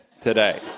today